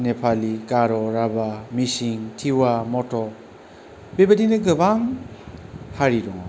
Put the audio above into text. नेपालि गार' राभा मिसिं तिवा मतक बेबादिनो गोबां हारि दङ